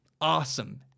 awesome